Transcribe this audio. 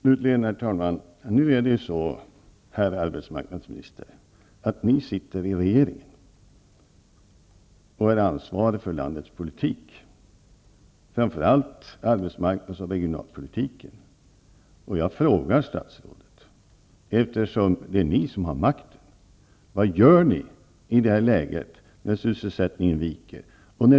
Herr talman! Herr arbetsmarknadsminster! Nu sitter ni i regeringen och är ansvarig för landets politik, framför allt arbetsmarknads och regionalpolitiken. Eftersom det är ni som har makten, frågar jag vad ni gör i det här läget, när sysselsättningen viker?